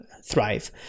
Thrive